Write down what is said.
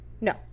No